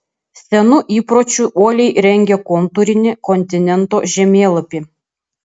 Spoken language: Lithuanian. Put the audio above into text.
senu įpročiu uoliai rengė kontūrinį kontinento žemėlapį